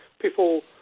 people